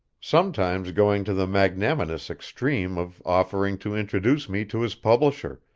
sometimes going to the magnanimous extreme of offering to introduce me to his publisher,